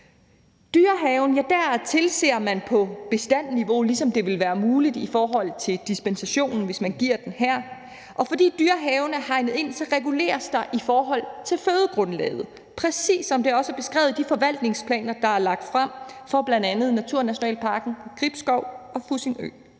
Dyrehaven tilser man på bestandsniveau, ligesom det vil være muligt i forhold til dispensationen, hvis man giver den her, og fordi Dyrehaven er hegnet ind, reguleres der i forhold til fødegrundlaget, præcis som det også er beskrevet i de forvaltningsplaner, der er lagt frem for bl.a. naturnationalparkerne i Gribskov og Fussingø.